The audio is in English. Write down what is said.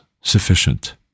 sufficient